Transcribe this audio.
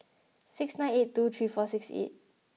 six nine eight two three four six eight